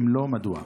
4. אם לא, מדוע?